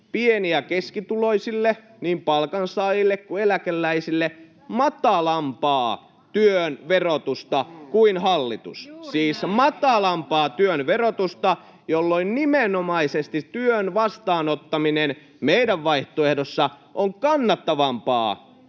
pieni- ja keskituloisille, niin palkansaajille kuin eläkeläisille, matalampaa työn verotusta kuin hallitus — siis matalampaa työn verotusta, jolloin nimenomaisesti työn vastaanottaminen meidän vaihtoehdossamme on kannattavampaa